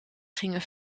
gingen